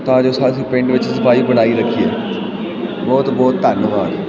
ਤਾਂ ਜੋ ਸਾ ਅਸੀਂ ਪਿੰਡ ਵਿੱਚ ਸਫਾਈ ਬਣਾਈ ਰੱਖੀਏ ਬਹੁਤ ਬਹੁਤ ਧੰਨਵਾਦ